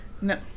No